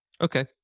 Okay